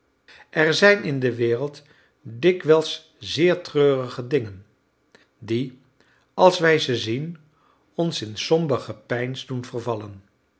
er zijn in de wereld dikwijls zeer treurige dingen die als wij ze zien ons in somber gepeins doen vervallen